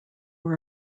were